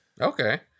Okay